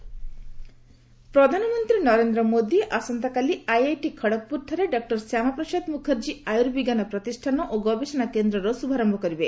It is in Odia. ପିଏମ ଖଡଗପୁର ପ୍ରଧାନମନ୍ତ୍ରୀ ନରେନ୍ଦ୍ର ମୋଦୀ ଆସନ୍ତାକାଲି ଆଇଆଇଟି ଖଡ୍ଗପୁରଠାରେ ଡକୁର ଶ୍ୟାମାପ୍ରସାଦ ମୁଖାର୍ଜୀ ଆର୍ୟୁବିଜ୍ଞାନ ପ୍ରତିଷ୍ଠାନ ଓ ଗବେଷଣା କେନ୍ଦ୍ରର ଶୁଭାରମ୍ଭ କରିବେ